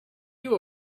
you